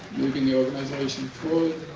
moving the organization forward.